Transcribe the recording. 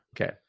Okay